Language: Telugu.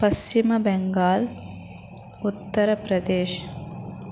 పశ్చిమబెంగాల్ ఉత్తరప్రదేశ్